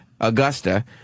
Augusta